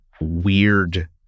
weird